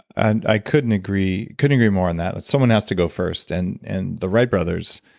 and i couldn't agree couldn't agree more on that. someone has to go first, and and the wright brothers,